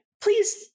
please